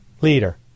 leader